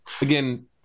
again